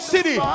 City